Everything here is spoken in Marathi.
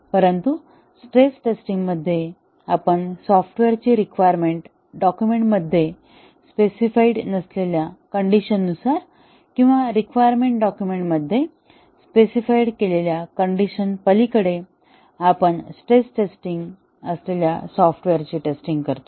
परंतु स्ट्रेस टेस्टिंग मध्ये आपण सॉफ्टवेअरची रिक्वायरमेंट डॉक्युमेंट मध्ये स्पेसिफाईड नसलेल्या कंडिशन नुसार किंवा रिक्वायरमेंट डॉक्युमेंट मध्ये स्पेसिफाईड केलेल्या कंडिशन पलीकडे आपण स्ट्रेस टेस्टिंग असलेल्या सॉफ्टवेअरची टेस्टिंग करतो